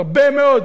הרבה מאוד